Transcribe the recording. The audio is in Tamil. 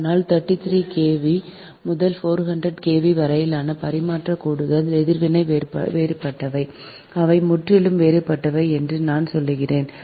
ஆனால் 33 KV முதல் 400 KV வரையிலான பரிமாற்றக் கோடுகள் எதிர்வினைகள் வேறுபட்டவை அவை முற்றிலும் வேறுபட்டவை என்று நான் சொல்கிறேன்